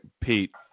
Pete